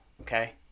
okay